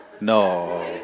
No